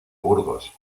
burgos